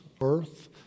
earth